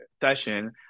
session